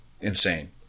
Insane